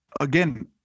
again